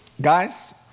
guys